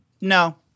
no